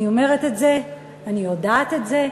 אני אומרת את זה, אני יודעת את זה.